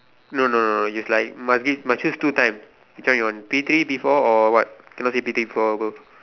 no no no is like must give must choose two times which one you one P three P four or what cannot say between four and above